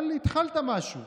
אבל התחלת משהו.